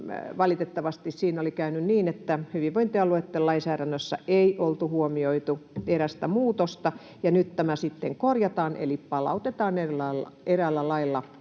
valitettavasti oli käynyt niin, että hyvinvointialueitten lainsäädännössä ei oltu huomioitu erästä muutosta. Nyt tämä sitten korjataan eli palautetaan eräällä lailla